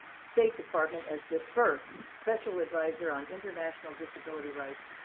state department as the first special advisor on international disability rights,